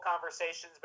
conversations